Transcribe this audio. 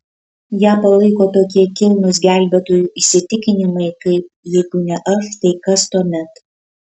ją palaiko tokie kilnūs gelbėtojų įsitikinimai kaip jeigu ne aš tai kas tuomet